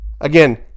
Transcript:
Again